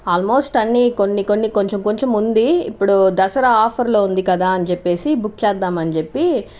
almost అన్ని కొన్ని కొన్ని కొంచెం కొంచెం ఉంది ఇప్పుడు దసరా ఆఫర్ లో ఉంది కదా అని చెప్పేసి బుక్ చేద్దాం అని చెప్పి